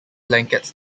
blankets